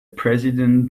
president